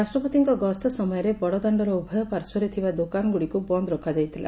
ରାଷ୍ଟ୍ରପତିଙ୍କ ଗସ୍ତ ସମୟରେ ବଡଦାଣ୍ଡର ଉଭୟ ପାର୍ଶ୍ୱରେ ଥିବା ଦୋକାନଗୁଡ଼ିକୁ ବନ୍ଦ ରଖା ଯାଇଥିଲା